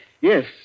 Yes